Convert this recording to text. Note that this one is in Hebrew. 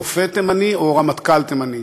רופא תימני או רמטכ"ל תימני?